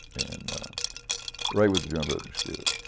and ray was a journalism student,